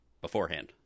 beforehand